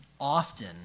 often